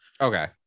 Okay